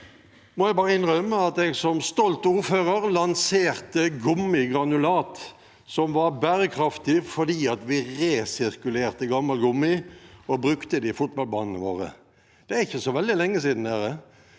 jeg bare innrømme at jeg som stolt ordfører lanserte gummigranulat, som var bærekraftig fordi vi resirkulerte gammel gummi og brukte det på fotballbanene våre. Dette er ikke så veldig lenge siden.